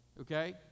okay